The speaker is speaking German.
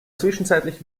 zwischenzeitlich